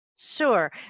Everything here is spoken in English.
Sure